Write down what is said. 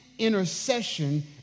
intercession